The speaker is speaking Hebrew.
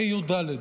ה"א, יו"ד, דל"ת,